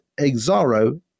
Exaro